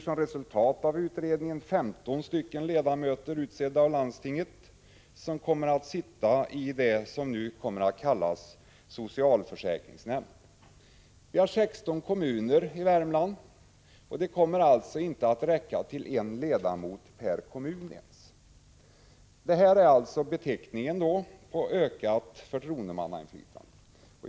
Som resultat av utredningsförslaget skulle det bli 15 ledamöter, utsedda av landstinget, vilka skall sitta i det som nu kommer att kallas socialförsäkringsnämnden. Vi har 16 kommuner i Värmland, varför det blir inte ens en ledamot per kommun. Det här är alltså vad man kallar ökat förtroendemannainflytande.